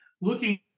looking